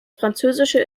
französische